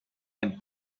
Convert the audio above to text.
and